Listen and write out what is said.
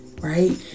right